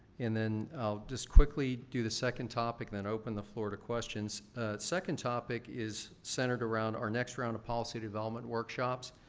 and, then, i'll just quickly do the second topic, then open the floor to questions. the second topic is centered around our next round of policy development workshops.